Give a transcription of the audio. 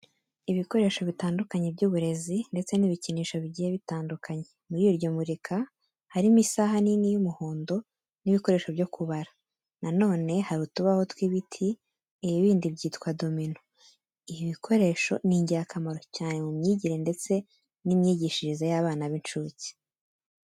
Ibikoresho bitandukanye by'uburezi ndetse n'ibikinisho bigiye bitandukanye. Muri iryo murika, harimo isaha nini y'umuhondo n'ibikoresho byo kubara. Na none hari utubaho tw'ibiti, ibibindi byitwa domino, ibi bikoresho ni ingirakamaro cyane mu myigire ndetse n'imyigishirize y'abana b'incuke.